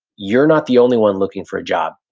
you're not the only one looking for a job.